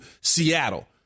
Seattle